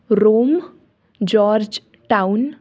Rome george town